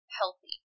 healthy